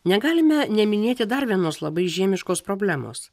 negalime neminėti dar vienos labai žiemiškos problemos